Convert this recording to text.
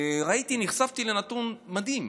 נחשפתי לנתון מדהים: